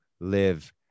live